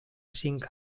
cinc